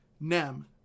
nem